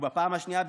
ובפעם השנייה,